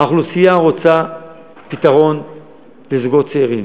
האוכלוסייה רוצה פתרון לזוגות צעירים.